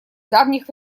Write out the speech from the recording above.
давних